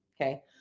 Okay